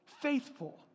Faithful